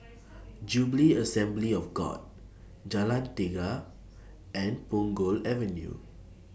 Jubilee Assembly of God Jalan Tiga and Punggol Avenue